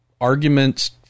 arguments